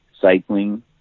cycling